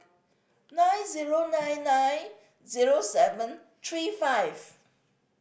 nine zero nine nine zero seven three five